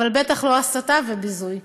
אבל בטח לא הסתה וביזוי.